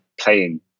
playing